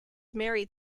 married